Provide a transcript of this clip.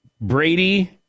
Brady